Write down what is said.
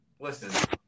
listen